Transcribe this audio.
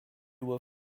were